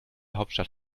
hauptstadt